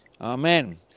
Amen